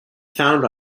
found